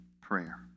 prayer